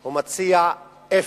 הוא מציע אפס,